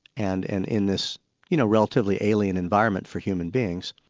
and and in this you know relatively alien environment for human beings.